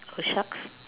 oh shucks